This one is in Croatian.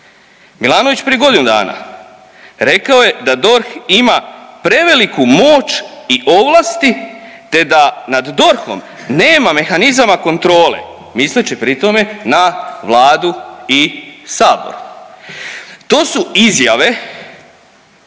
Milanović prije godinu dana rekao je da DORH ima preveliku moć i ovlasti, te da nad DORH-om nema mehanizam kontrole misleći pri tome na Vladu i sabor. To su izjave